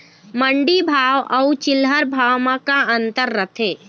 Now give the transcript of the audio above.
मंडी भाव अउ चिल्हर भाव म का अंतर रथे?